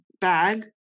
bag